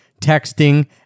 texting